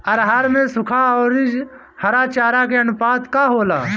आहार में सुखा औरी हरा चारा के आनुपात का होला?